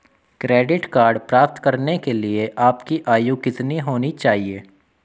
Credit card प्राप्त करने के लिए आपकी आयु कितनी होनी चाहिए?